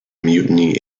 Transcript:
mutiny